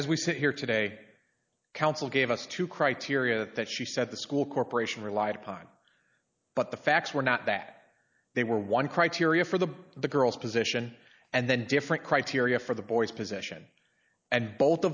as we sit here today counsel gave us two criteria that she said the school corporation relied upon but the facts were not that they were one criteria for the the girl's position and then different criteria for the boy's position and both